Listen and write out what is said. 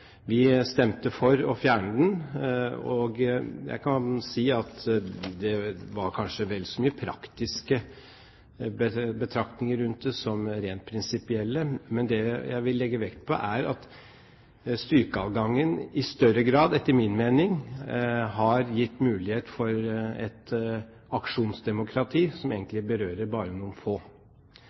Vi stemte for å fjerne den, og det var kanskje vel så mye praktiske betraktninger rundt det som rent prinsipielle, men det jeg vil legge vekt på, er at etter min mening har strykeadgangen i større grad gitt mulighet for et aksjonsdemokrati, som egentlig bare berører noen få.